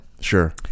Sure